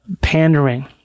pandering